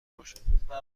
باشم